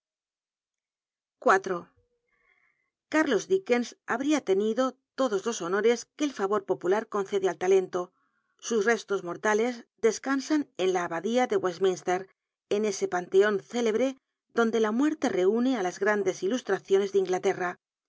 cúrlos dickens habrá tenido todos los honores que el favor popular conced n célebre donde sus restos mortales descansan en la abadía de weslminst er en ese panteo fúnebre santuario la muerte reuno á las graneles ilustraciones de inglaterra